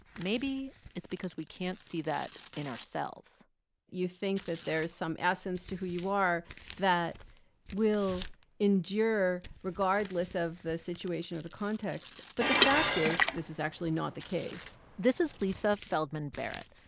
maybe it's because we can't see that in ourselves you think that there is some essence to who you are that will endure regardless of the situation or the context. but the fact is this is actually not the case this is lisa feldman barrett,